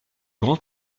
grands